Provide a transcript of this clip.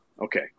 Okay